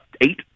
eight